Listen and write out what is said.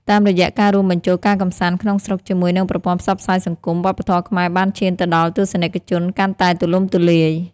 តាមរយៈការរួមបញ្ចូលការកម្សាន្តក្នុងស្រុកជាមួយនឹងប្រព័ន្ធផ្សព្វផ្សាយសង្គម វប្បធម៌ខ្មែរបានឈានទៅដល់ទស្សនិកជនកាន់តែទូលំទូលាយ។